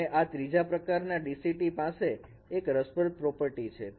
અને આ ત્રીજા પ્રકારના DCT પાસે એક રસપ્રદ પ્રોપર્ટી છે